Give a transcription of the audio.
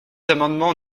amendement